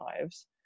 lives